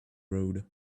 road